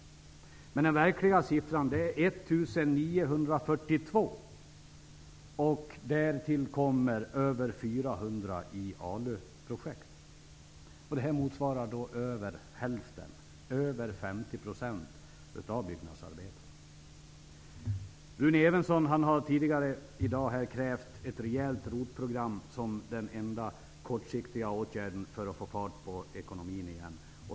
Men den verkliga siffran är 1 942, och därtill kommer över 400 i ALU-projekt. Detta motsvarar över 50 % av byggnadsarbetarna. Rune Evensson har här tidigare i dag krävt ett rejält ROT-program som den enda kortsiktiga åtgärden för att få fart på ekonomin igen.